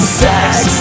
sex